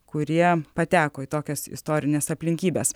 kurie pateko į tokias istorines aplinkybes